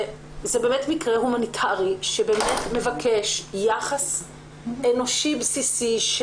זה באמת מקרה הומניטרי שבאמת מבקש יחס אנושי בסיסי.